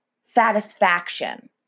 satisfaction